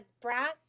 brass